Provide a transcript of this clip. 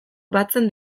batzen